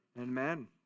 Amen